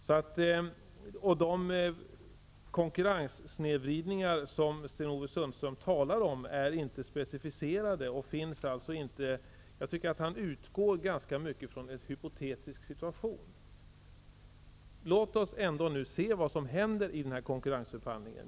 De snedvridningar i konkurrensen som Sten-Ove Sundström talar om finns inte specificerade. Han utgår ganska mycket ifrån en hypotetisk situation. Låt oss se vad som händer med konkurrensen vid den här upphandlingen.